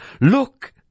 Look